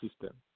system